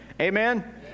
Amen